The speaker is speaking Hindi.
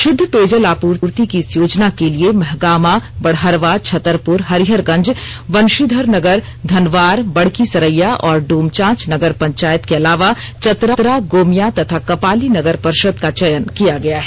शुद्ध पेयजलापूर्ति की इस योजना के लिए महागामा बड़हरवा छतरपूर हरिहरगंज वंशीधरनगर धनवार बड़की सरैया और डोमचांच नगर पंचायत के अलावा चतरा गोमियां तथा कपाली नगर पर्षद का चयन किया गया है